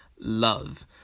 love